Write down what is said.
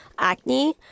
acne